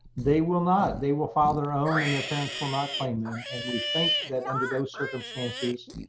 they will not. they will file their own and their parents will not claim them. and we think that under those circumstances,